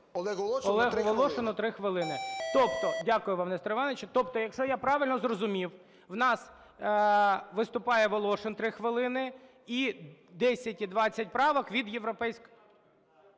Олегу Волошину 3 хвилини.